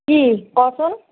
কি কচোন